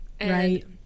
right